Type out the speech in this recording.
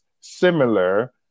similar